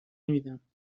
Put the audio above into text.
نمیدم